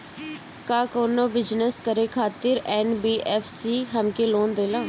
का कौनो बिजनस करे खातिर एन.बी.एफ.सी हमके लोन देला?